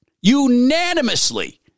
unanimously